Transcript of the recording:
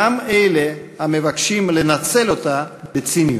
גם אלה המבקשים לנצל אותה בציניות.